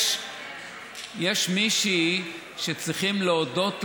יש מישהי שצריכים להודות לה,